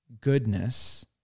goodness